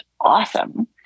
awesome